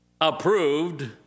Approved